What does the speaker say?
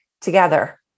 together